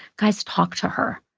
guys, talk to her.